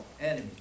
enemy